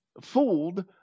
fooled